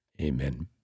Amen